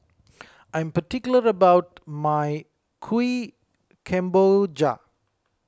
I am particular about my Kuih Kemboja